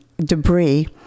debris